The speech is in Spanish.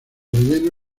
relleno